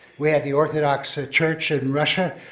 we had the orthodox ah church in russia,